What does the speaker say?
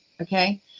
okay